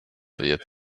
wird